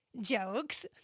jokes